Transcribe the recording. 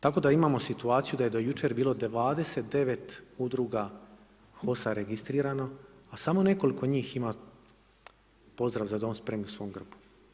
Tako da imamo situaciju da je do jučer bilo 29 udruga HOS-a registrirano, a samo nekoliko ima njih pozdrav „Za dom spremni“ u svom grbu.